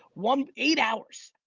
one eight hours,